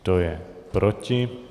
Kdo je proti?